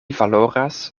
valoras